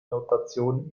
notation